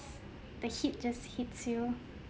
the heat just hits you